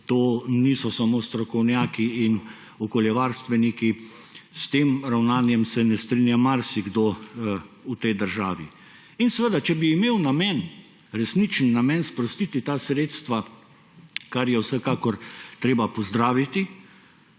to niso samo strokovnjaki in okoljevarstveniki. S tem ravnanjem se ne strinja marsikdo v tej državi. In seveda, če bi imel namen, resničen namen, sprostiti ta sredstva, kar je vsekakor treba pozdraviti,